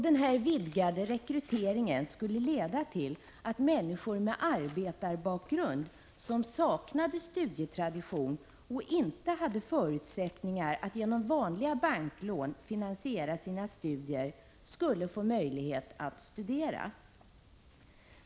Denna vidgade rekrytering skulle leda till att människor med arbetarbakgrund som saknade studietradition och inte hade förutsättningar att genom vanligt banklån finansiera sina studier skulle få möjlighet att studera.